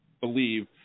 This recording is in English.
believe